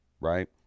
right